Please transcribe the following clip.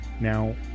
Now